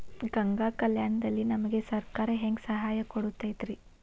ಗಂಗಾ ಕಲ್ಯಾಣ ದಲ್ಲಿ ನಮಗೆ ಸರಕಾರ ಹೆಂಗ್ ಸಹಾಯ ಕೊಡುತೈತ್ರಿ?